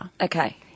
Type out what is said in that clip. Okay